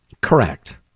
Correct